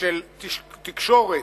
של תקשורת,